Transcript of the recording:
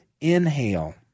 inhale